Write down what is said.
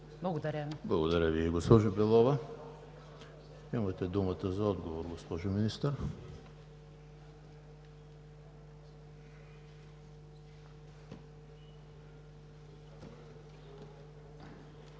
Благодаря Ви, госпожо Белова. Имате думата за отговор, госпожо Министър.